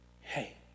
hey